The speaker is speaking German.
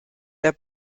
der